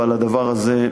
אבל הדבר הזה,